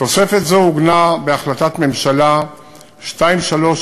תוספת זו עוגנה בהחלטת ממשלה 2365,